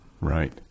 Right